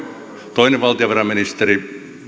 toinen valtiovarainministeri